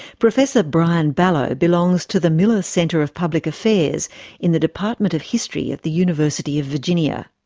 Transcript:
professor brian balogh belongs to the miller center of public affairs in the department of history at the university of virginia.